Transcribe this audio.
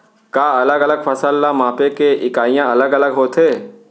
का अलग अलग फसल ला मापे के इकाइयां अलग अलग होथे?